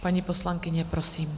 Paní poslankyně, prosím.